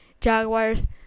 Jaguars